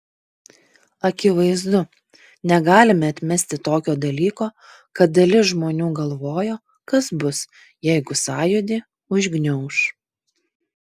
akivaizdu negalime atmesti tokio dalyko kad dalis žmonių galvojo kas bus jeigu sąjūdį užgniauš